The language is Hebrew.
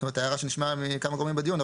זו הערה שנשמעה מכמה גורמים בדיון,